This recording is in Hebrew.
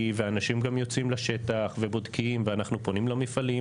ואנשים גם יוצאים לשטח ובודקים ואנחנו פונים למפעלים,